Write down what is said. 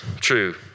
true